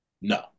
No